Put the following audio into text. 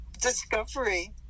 discovery